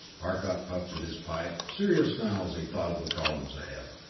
arcot puffed at his pipe, serious now as he thought of the problems ahead.